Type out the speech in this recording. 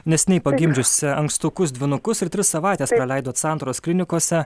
neseniai pagimdžiusi ankstukus dvynukus ir tris savaites praleidot santaros klinikose